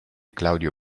claudio